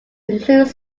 include